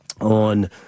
On